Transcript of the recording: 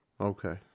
Okay